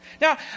Now